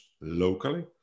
locally